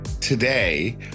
today